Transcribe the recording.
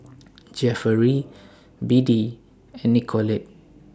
Jefferey Beadie and Nicolette